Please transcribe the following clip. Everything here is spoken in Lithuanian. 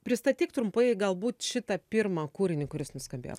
pristatyk trumpai galbūt šitą pirmą kūrinį kuris nuskambėjo